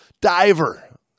Diver